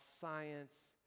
science